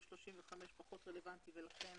הוא פחות רלוונטי ולכן